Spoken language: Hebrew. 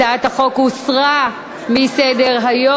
הצעת החוק הוסרה מסדר-היום.